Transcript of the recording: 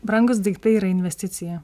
brangūs daiktai yra investicija